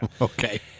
Okay